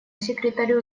секретарю